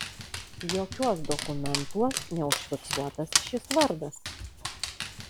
jokiuos dokumentuos neužfiksuotas šis vardas